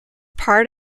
part